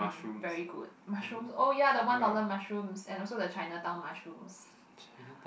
very good mushrooms oh ya the one dollar mushrooms and also the Chinatown mushrooms